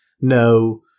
No